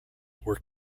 were